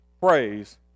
Praise